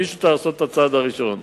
מישהו צריך לעשות את הצעד הראשון.